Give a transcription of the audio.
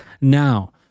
Now